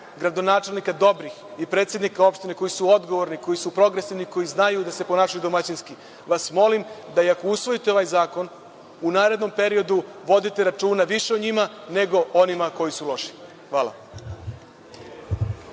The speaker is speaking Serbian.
gradonačelnika dobrih i predsednika opštine koji su odgovorni, koji su progresivni, koji znaju da se ponašaju domaćinski, vas molim da i ako usvojite ovaj zakon, u narednom periodu vodite računa više o njima, nego o onima koji su loši. Hvala.